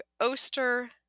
Oster